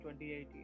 2018